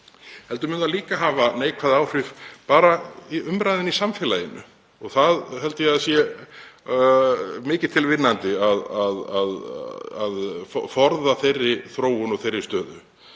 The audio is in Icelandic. heldur mun það líka hafa neikvæð áhrif bara á umræðuna í samfélaginu. Ég held að það sé til mikils vinnandi að forða þeirri þróun og þeirri stöðu.